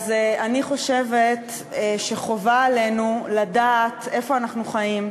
אז אני חושבת שחובה עלינו לדעת איפה אנחנו חיים,